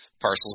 parcels